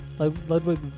Ludwig